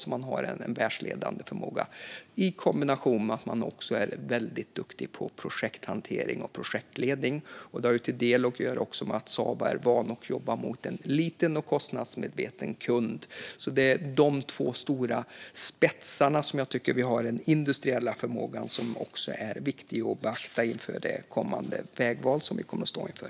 Där har man en världsledande förmåga i kombination med att man är väldigt duktig på projekthantering och projektledning. Det har delvis att göra med att man på Saab är van vid att jobba mot en liten och kostnadsmedveten kund. Det är inom dessa två stora spetskompetenser som jag tycker att vi har den industriella förmågan, något som också är viktigt att beakta vid det vägval vi kommer att stå inför.